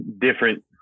different